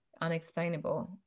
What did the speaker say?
unexplainable